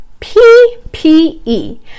PPE